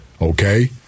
Okay